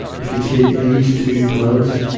if you take these two plants,